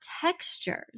textures